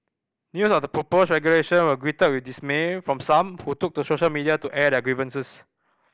news of the proposed regulation was greeted with dismay from some who took to social media to air their grievances